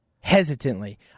hesitantly